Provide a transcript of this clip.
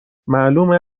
معلومه